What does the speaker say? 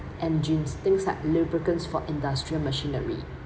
engines things like lubricant for industrial machinery